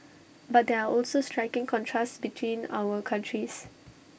but there are also striking contrasts between our countries